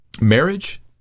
Marriage